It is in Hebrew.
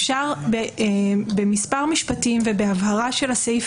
אפשר במספר משפטים ובהבהרה של הסעיף